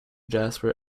jasper